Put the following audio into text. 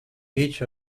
each